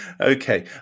Okay